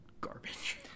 garbage